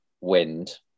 wind